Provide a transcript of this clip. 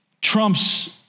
trumps